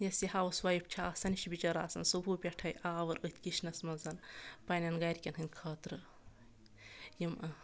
یۄس یہِ housewife چھِ آسان یہِ چھِ بِچٲرٕ آسان صبحُ پؠٹھے آوُر أتھۍ کِچنَس منٛز پَننؠن گَرِکؠن ہٕنٛدۍ خٲطرٕ یِم